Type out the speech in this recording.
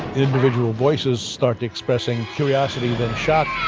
individual voices start expressing curiosity, then shock.